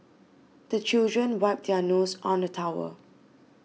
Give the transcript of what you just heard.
the children wipe their noses on the towel